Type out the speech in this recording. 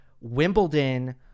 Wimbledon